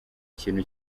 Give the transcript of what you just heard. ikintu